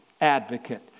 advocate